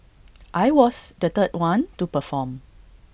I was the third one to perform